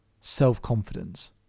self-confidence